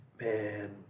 man